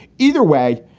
either way,